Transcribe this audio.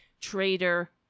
traitor